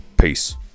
Peace